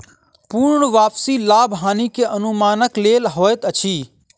पूर्ण वापसी लाभ हानि के अनुमानक लेल होइत अछि